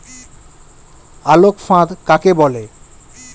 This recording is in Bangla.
আলোক ফাঁদ কাকে বলে?